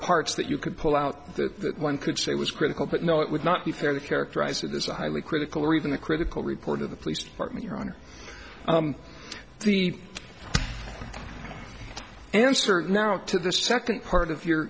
parts that you could pull out the one could say was critical but no it would not be fair to characterize it as a highly critical or even the critical report of the police department here on the answer now to the second part of your